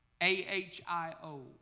A-H-I-O